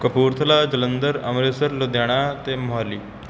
ਕਪੂਰਥਲਾ ਜਲੰਧਰ ਅੰਮ੍ਰਿਤਸਰ ਲੁਧਿਆਣਾ ਅਤੇ ਮੋਹਾਲੀ